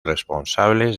responsables